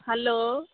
hello